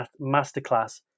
masterclass